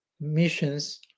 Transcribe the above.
missions